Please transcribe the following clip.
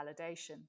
validation